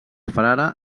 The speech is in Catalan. frare